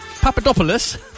Papadopoulos